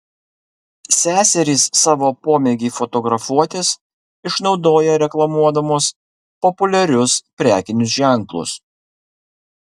seserys savo pomėgį fotografuotis išnaudoja reklamuodamos populiarius prekinius ženklus